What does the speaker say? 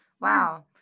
Wow